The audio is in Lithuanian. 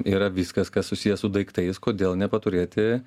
yra viskas kas susiję su daiktais kodėl nepaturėti